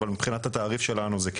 אבל מבחינת התעריף שלנו זה כן.